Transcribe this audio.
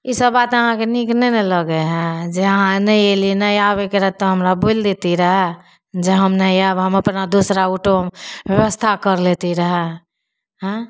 ईसब बात अहाँके नीक नहि ने लगै हइ जे अहाँ नहि अयलियै नहि आबयके रहऽ तऽ हमरा बोलि दैतियै रहऽ जे हम नहि आयब हम अपना दोसरा ऑटो व्यवस्था कर लैतियै रहऽ आंइ